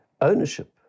ownership